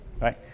right